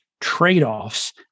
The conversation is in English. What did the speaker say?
trade-offs